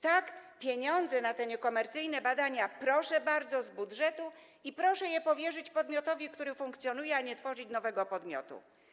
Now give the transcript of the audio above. Tak, pieniądze na te niekomercyjne badania, proszę bardzo, można przekazać z budżetu i proszę powierzyć je podmiotowi, który funkcjonuje, a nie tworzyć nowego podmiotu.